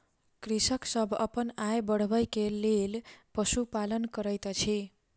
कृषक सभ अपन आय बढ़बै के लेल पशुपालन करैत अछि